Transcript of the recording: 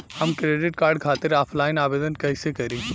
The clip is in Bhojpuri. हम क्रेडिट कार्ड खातिर ऑफलाइन आवेदन कइसे करि?